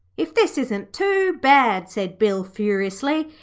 if this isn't too bad said bill, furiously.